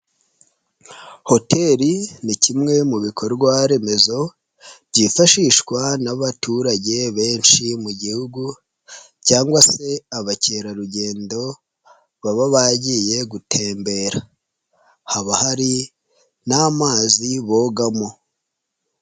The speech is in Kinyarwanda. Hotel ni kimwe mu bikorwa remezo byifashishwa n'abaturage benshi mu gihugu cyangwa se abakerarugendo baba bagiye gutembera, haba hari n'amazi bogamo.